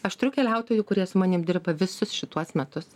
aš turiu keliautojų kurie su manim dirba visus šituos metus